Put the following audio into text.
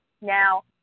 Now